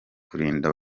kurinda